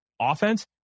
offense